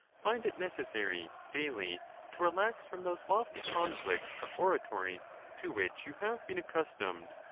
find it necessary daily to relax from those lofty conflicts of oratory to which you have been accustomed,